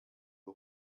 the